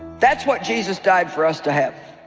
that's what jesus died for us to have